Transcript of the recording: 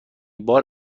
بار